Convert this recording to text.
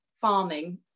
farming